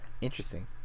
interesting